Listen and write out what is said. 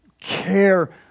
care